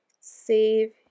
Save